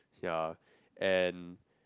yeah and